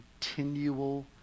continual